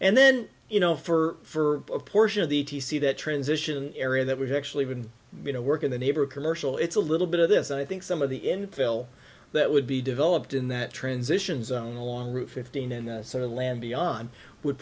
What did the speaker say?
and then you know for a portion of the t c that transition area that we've actually been you know work in the neighbor commercial it's a little bit of this i think some of the infill that would be developed in that transition zone along route fifteen and sort of land beyond would